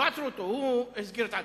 לא עצרו אותו, הוא הסגיר את עצמו.